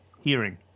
hearing